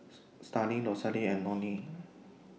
Starling Rosalie and Lonnie